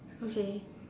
okay